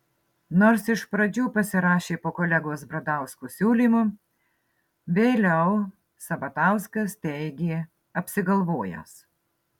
nors iš pradžių pasirašė po kolegos bradausko siūlymu vėliau sabatauskas teigė apsigalvojęs